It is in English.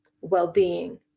well-being